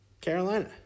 Carolina